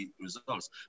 results